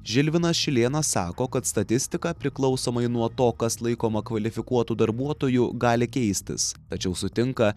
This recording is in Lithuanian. žilvinas šilėnas sako kad statistika priklausomai nuo to kas laikoma kvalifikuotu darbuotoju gali keistis tačiau sutinka